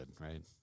right